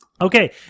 Okay